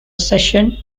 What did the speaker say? session